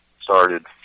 started